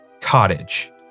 cottage